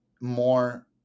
more